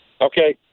Okay